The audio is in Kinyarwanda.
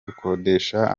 gukodesha